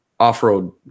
off-road